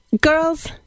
Girls